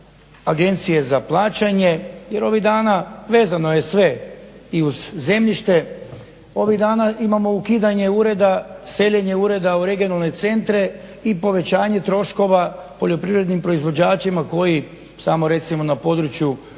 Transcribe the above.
Agencije za plaćanje. Jer ovih dana vezano je sve i uz zemljište. Ovih dana imamo ukidanje ureda, seljenje ureda u regionalne centre i povećanje troškova poljoprivrednim proizvođačima koji samo recimo na području